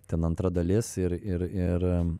ten antra dalis ir ir ir